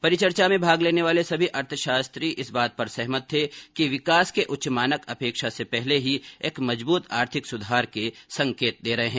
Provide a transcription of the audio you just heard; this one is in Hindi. परिचर्चा में भाग लेने वाले सभी अर्थशास्त्री इस बात पर सहमत थे कि विकास के उच्च मानक अपेक्षा से पहले ही एक मजबूत आर्थिक सुधार के संकेत दे रहे हैं